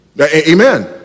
amen